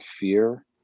fear